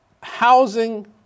housing